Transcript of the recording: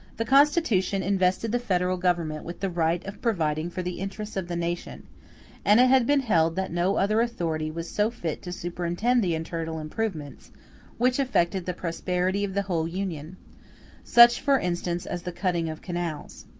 the constitution invested the federal government with the right of providing for the interests of the nation and it had been held that no other authority was so fit to superintend the internal improvements which affected the prosperity of the whole union such, for instance, as the cutting of canals.